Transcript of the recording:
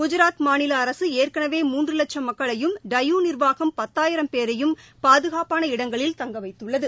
குஜராத் மாநில அரசு ஏற்கனவே மூன்று லட்சம் மக்களையும் டையூ நிர்வாகம் பத்தாயிரம் பேரையும் பாதுகாப்பான இடங்களில் தங்க வைத்துள்ளது